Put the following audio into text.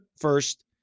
first –